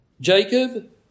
Jacob